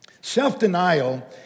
Self-denial